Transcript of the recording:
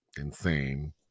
insane